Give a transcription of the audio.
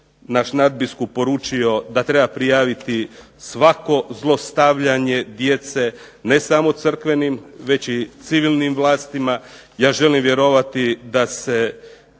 naš nadbiskup poručio da treba prijaviti svako zlostavljanje djece, ne samo crkvenim, već i civilnim vlastima. Ja želim vjerovati da se